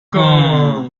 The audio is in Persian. نگاه